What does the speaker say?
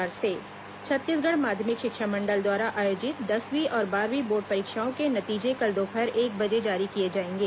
दसवीं बारहवीं नतीजे छत्तीसगढ़ माध्यमिक शिक्षा मंडल द्वारा आयोजित दसवीं और बारहवीं बोर्ड परीक्षाओं के नतीजे कल दोपहर एक बजे जारी किए जाएंगे